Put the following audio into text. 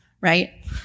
right